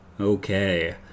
Okay